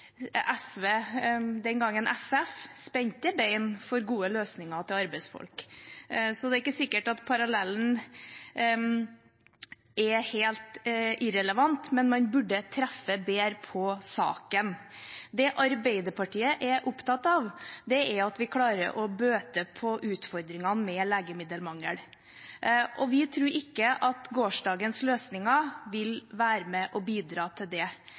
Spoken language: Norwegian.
SV, den gangen SF, spente bein for gode løsninger for arbeidsfolk. Så det er ikke sikkert at parallellen er helt irrelevant, men man burde treffe bedre på saken. Det Arbeiderpartiet er opptatt av, er at vi klarer å bøte på utfordringene med legemiddelmangel. Vi tror ikke at gårsdagens løsninger vil være med og bidra til det.